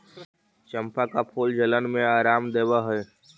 चंपा का फूल जलन में आराम देवअ हई